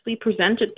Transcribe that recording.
presented